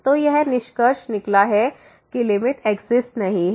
तो यह निष्कर्ष निकला है कि लिमिट एक्सिस्ट नहीं है